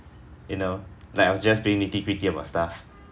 you know like I was just being nitty-gritty about stuff